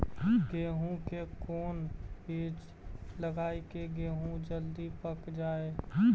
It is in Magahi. गेंहू के कोन बिज लगाई कि गेहूं जल्दी पक जाए?